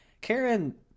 Karen